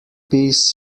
piece